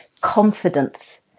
Confidence